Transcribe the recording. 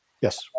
Yes